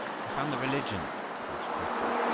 he found the religion the most dreadful.